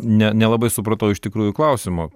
ne nelabai supratau iš tikrųjų klausimo